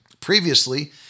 Previously